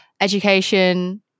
education